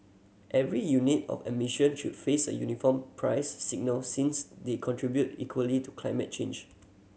every unit of emission should face a uniform price signal since they contribute equally to climate change